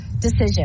decision